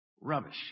Rubbish